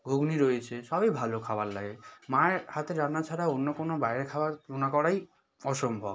ঘুগনি রয়েছে সবই ভালো খাবার লাগে মায়ের হাতের রান্না ছাড়া অন্য কোনো বাইরের খাবার তুলনা করাই অসম্ভব